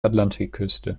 atlantikküste